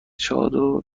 چادر